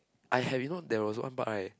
I have you know there was one part right